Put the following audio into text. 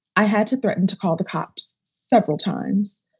i had to threaten to call the cops several times.